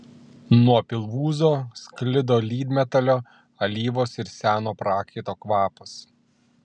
nuo pilvūzo sklido lydmetalio alyvos ir seno prakaito kvapas